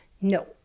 No